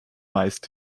meist